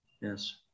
Yes